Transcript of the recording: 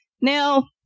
Now